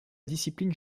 discipline